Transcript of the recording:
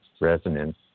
resonance